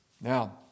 Now